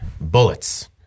bullets